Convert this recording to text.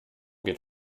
geht